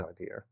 idea